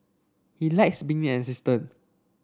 he likes being an assistant